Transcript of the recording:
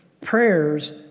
prayers